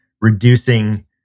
reducing